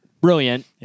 Brilliant